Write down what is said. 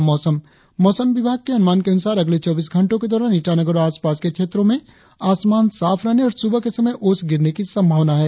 और अब मौसम मौसम विभाग के अनुमान के अनुसार अगले चौबीस घंटो के दौरान ईटानगर और आसपास के क्षेत्रो में आसमान साफ रहने और सुबह के समय औस गिरने की संभावना है